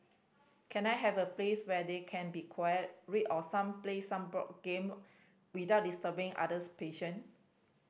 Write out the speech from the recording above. can I have a place where they can be quiet read or some play some board game without disturbing others patient